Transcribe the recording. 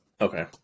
Okay